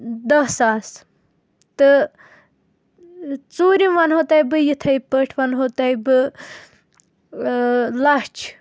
دَہ ساس تہٕ ژوٗرم ونہو تۄیہِ بہٕ یِتھَے پٲٹھۍ ونہو تۄیہِ بہٕ لَچھ